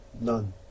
None